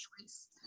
choice